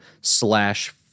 slash